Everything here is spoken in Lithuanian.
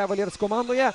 cavaliers komandoje